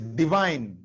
divine